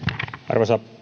arvoisa